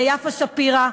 יפה שפירא.